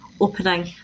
opening